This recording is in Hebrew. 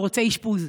הוא רוצה אשפוז.